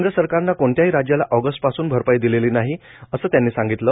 केंद्र सरकारनं कोणत्याही राज्याला ऑगस्ट पासून भरपाई दिलेली नाही असं त्यांनी सांगितलं